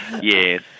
Yes